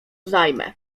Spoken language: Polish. zajmę